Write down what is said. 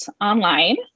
online